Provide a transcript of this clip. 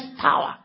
power